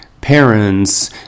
parents